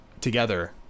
together